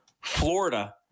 Florida